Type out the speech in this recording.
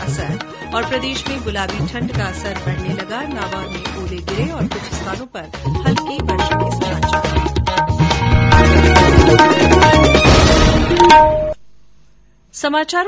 अर प्रदेश में गुलाबी ठण्ड का असर बढने लगा नागौर में ओले गिरे और कुछ स्थानों पर हल्की बारिश के समाचार